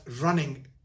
running